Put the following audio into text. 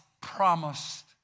promised